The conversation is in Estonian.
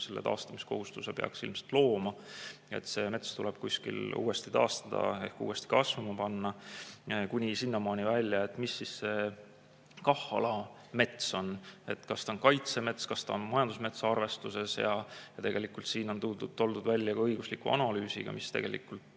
et taastamiskohustuse peaks ilmselt looma, see mets tuleb uuesti taastada ehk uuesti kasvama panna. Kuni sinnamaani välja, et mis see KAH‑ala mets on, kas ta on kaitsemets, kas ta on majandusmetsa arvestuses. Ja siin on tuldud välja õigusliku analüüsiga, mis tegelikult